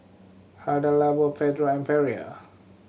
Hada Labo Pedro and Perrier